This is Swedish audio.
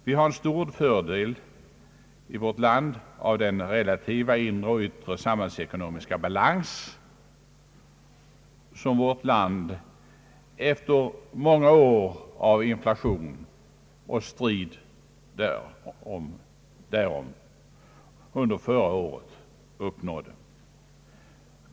Vi har i vårt land en stor fördel av den relativa inre och yttre samhällsekonomiska balans, som vi efter många års inflation och strid därom uppnådde under förra året.